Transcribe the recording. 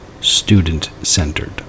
student-centered